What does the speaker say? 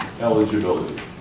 eligibility